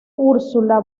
ursula